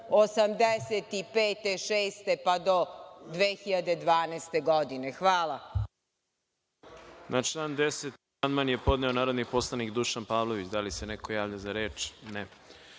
1985. 1986. pa do 2012. godine. Hvala.